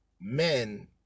men